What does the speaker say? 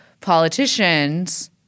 politicians –